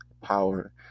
Power